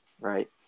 right